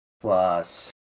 plus